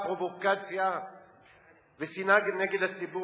פרובוקציה ושנאה נגד הציבור החרדי,